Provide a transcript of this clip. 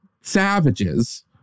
savages